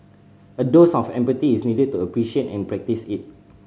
a dose of empathy is needed to appreciate and practice it